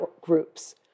groups